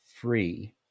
free